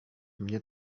mnie